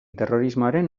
terrorismoaren